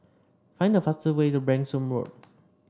find the fastest way to Branksome Road